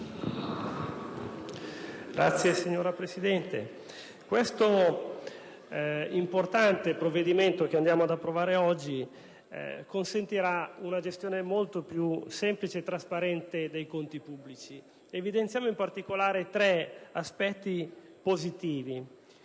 Signora Presidente, l'importante provvedimento che ci accingiamo ad approvare consentirà una gestione molto più semplice e trasparente dei conti pubblici. Evidenziamo in particolare tre aspetti positivi.